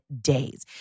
days